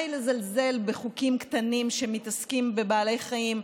לזלזל בחוקים קטנים שמתעסקים בבעלי חיים,